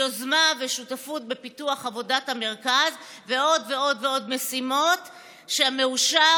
יוזמה ושותפות בפיתוח עבודת המרכז ועוד ועוד ועוד משימות שהמאושר